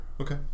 Okay